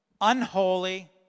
unholy